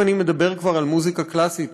אם אני מדבר כבר על מוזיקה קלאסית,